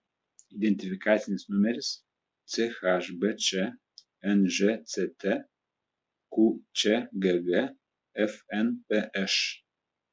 identifikacinis numeris chbč nžct qčgg fnpš